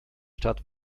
stadt